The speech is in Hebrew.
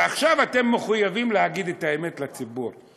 ועכשיו אתם מחויבים להגיד את האמת לציבור.